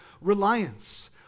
reliance